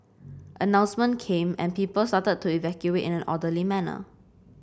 announcement came and people started to evacuate in an orderly manner